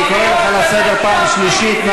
אני קורא אותך לסדר בפעם השלישית.